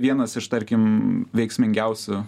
vienas iš tarkim veiksmingiausių